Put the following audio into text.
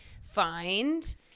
find